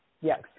Yes